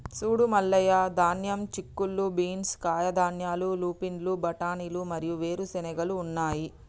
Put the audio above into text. సూడు మల్లయ్య ధాన్యం, చిక్కుళ్ళు బీన్స్, కాయధాన్యాలు, లూపిన్లు, బఠానీలు మరియు వేరు చెనిగెలు ఉన్నాయి